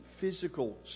physical